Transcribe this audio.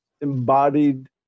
embodied